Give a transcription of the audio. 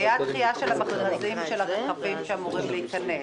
היה דחייה של המכרזים של הרכבים שאמורים להיכנס.